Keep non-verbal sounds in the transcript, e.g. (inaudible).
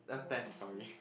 uh tens sorry (laughs)